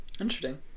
Interesting